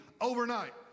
overnight